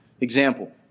example